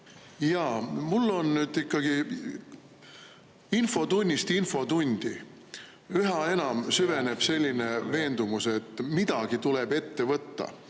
Jaa, mul on nüüd ikkagi [küsimus]. Infotunnist infotundi üha enam süveneb selline veendumus, et midagi tuleb ette võtta,